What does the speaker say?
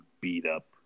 beat-up